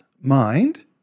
mind